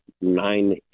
nine